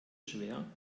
schwer